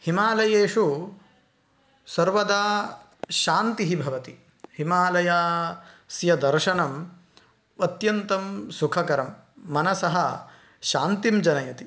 हिमालयेषु सर्वदा शान्तिः भवति हिमालयस्य दर्शनम् अत्यन्तं सुखकरं मनसः शान्तिं जनयति